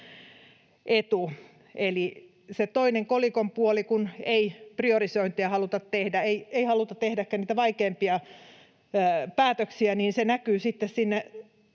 Eli se toinen kolikon puoli, kun ei priorisointia haluta tehdä, ei haluta tehdä ehkä niitä vaikeimpia päätöksiä, näkyy sitten sinne